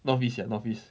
north east ya north east